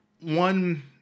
one